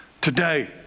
Today